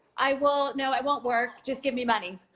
i will, no, i won't work, just give me money.